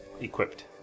equipped